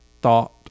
thought